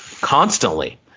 constantly